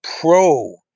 pro